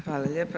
Hvala lijepa.